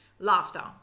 laughter